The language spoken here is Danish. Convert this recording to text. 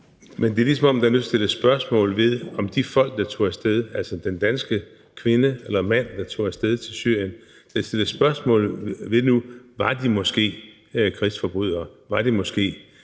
Men det er, ligesom om der nu stilles spørgsmål om de folk, der tog af sted – altså, den danske kvinde eller mand, der tog af sted til Syrien. Var de måske krigsforbrydere? Var de måske